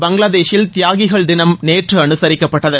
பங்களாதேஷில் தியாகிகள் தினம் நேற்று அனுசரிக்கப்பட்டது